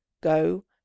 go